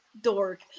dork